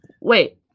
Wait